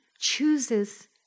chooses